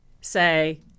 say